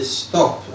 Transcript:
stop